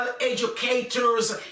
educators